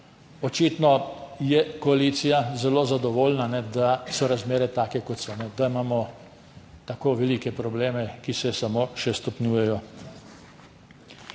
Očitno je koalicija zelo zadovoljna, da so razmere take, kot so, da imamo tako velike probleme, ki se samo še stopnjujejo.